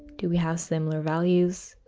do we have similar values?